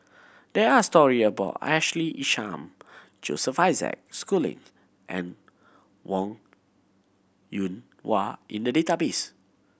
there are story about Ashley Isham Joseph Isaac Schooling and Wong Yoon Wah in the database